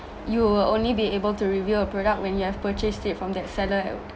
you'll only be able to review a product when you've purchased it from that seller